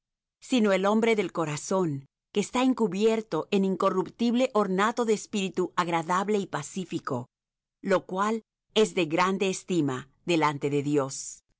sino el hombre del corazón que está encubierto en incorruptible ornato de espíritu agradable y pacífico lo cual es de grande estima delante de dios